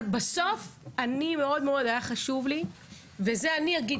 אבל חשוב מאוד מאוד ואת זה אני אגיד